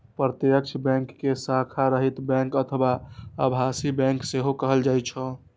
प्रत्यक्ष बैंक कें शाखा रहित बैंक अथवा आभासी बैंक सेहो कहल जाइ छै